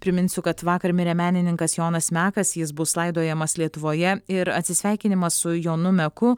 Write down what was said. priminsiu kad vakar mirė menininkas jonas mekas jis bus laidojamas lietuvoje ir atsisveikinimas su jonu meku